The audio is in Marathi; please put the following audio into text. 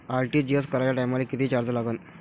आर.टी.जी.एस कराच्या टायमाले किती चार्ज लागन?